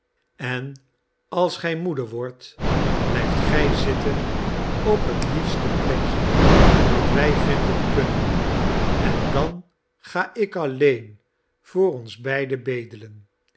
en als gij moede wordt blijft gij zitten op het liefste plekje dat wij vinden kunnen en dan ga ik alleen voor ons beiden bedelen